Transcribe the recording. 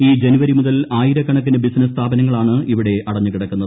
ഈ ജനുവരി മുതൽ ആയിരക്കണക്കിന് ബിസിനസ്സ് സ്ഥാപനങ്ങളാണ് ഇവിടെ അടഞ്ഞു കിടക്കുന്നത്